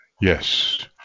Yes